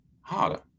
harder